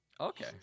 Okay